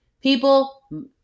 people